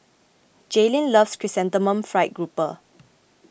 Jaylin loves Chrysanthemum Fried Grouper